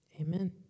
Amen